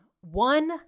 one